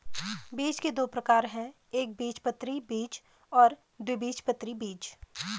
बीज के दो प्रकार है एकबीजपत्री बीज और द्विबीजपत्री बीज